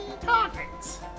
targets